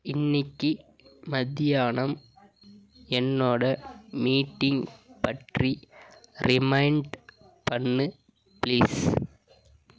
இன்னைக்கி மத்தியானம் என்னோட மீட்டிங் பற்றி ரிமைண்ட் பண்ணு பிளீஸ்